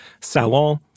salon